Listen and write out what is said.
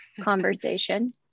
conversation